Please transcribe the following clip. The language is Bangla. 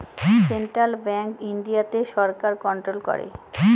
সেন্ট্রাল ব্যাঙ্ক ইন্ডিয়াতে সরকার কন্ট্রোল করে